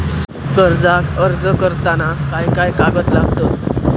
कर्जाक अर्ज करताना काय काय कागद लागतत?